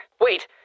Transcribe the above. Wait